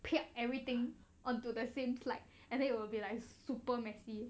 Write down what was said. piak everything onto the same slide and then it'll be like super messy